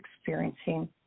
experiencing